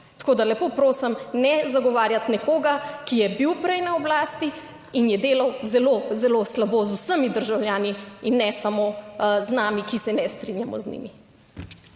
Tako da, lepo prosim, ne zagovarjati nekoga, ki je bil prej na oblasti in je delal zelo, zelo slabo z vsemi državljani in ne samo z nami, ki se ne strinjamo z njimi.